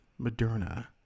moderna